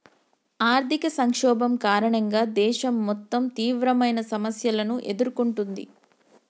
ఆర్థిక సంక్షోభం కారణంగా దేశం మొత్తం తీవ్రమైన సమస్యలను ఎదుర్కొంటుంది